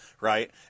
right